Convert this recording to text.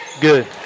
Good